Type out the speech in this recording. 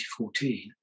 2014